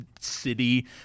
city